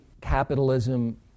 capitalism